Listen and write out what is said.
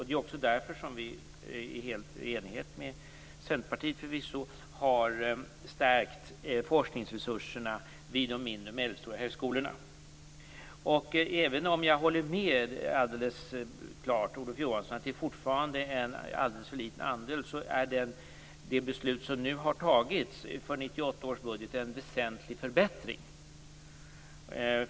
Det är också därför vi, förvisso i enighet med Centerpartiet, har stärkt forskningsresurserna vid de mindre och medelstora högskolorna. Även om jag naturligtvis håller med Olof Johansson om att andelen fortfarande är alldeles för liten, innebär det beslut som nu har fattats inför 1998 års budget en väsentlig förbättring.